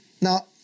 Now